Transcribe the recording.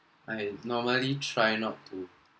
I normally try not to